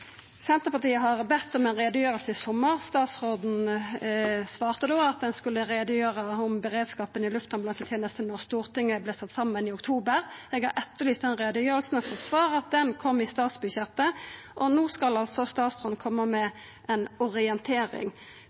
Senterpartiet bad om ei utgreiing i sommar. Statsråden svarte da at ein skulle greia ut om beredskapen i luftambulansetenesta når Stortinget kom saman i oktober. Eg har etterlyst den utgreiinga og har fått til svar at ho kom i statsbudsjettet. No skal altså statsråden koma med ei orientering.